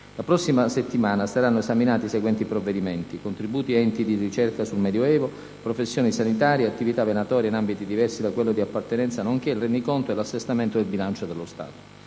La prossima settimana saranno esaminati i seguenti provvedimenti: contributi a enti di ricerca sul Medioevo; professioni sanitarie; attività venatoria in ambiti diversi da quello di appartenenza, nonché il Rendiconto e l'Assestamento del bilancio dello Stato.